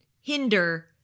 hinder